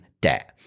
debt